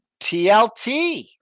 TLT